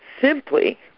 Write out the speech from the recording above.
simply